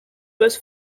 was